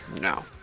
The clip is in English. no